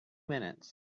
minutes